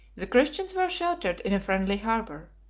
the christians were sheltered in a friendly harbor,